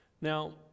Now